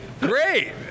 great